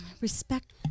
respect